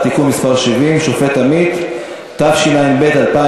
הציבור (תיקון) (סמכות חיפוש לשוטר לשם מניעת אלימות).